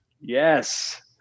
yes